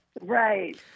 right